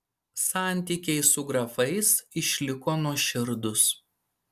santykiai su grafais išliko nuoširdūs